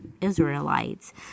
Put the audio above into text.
Israelites